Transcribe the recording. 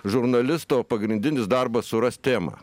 žurnalisto pagrindinis darbas surast temą